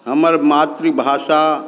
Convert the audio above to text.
हमर मातृभाषा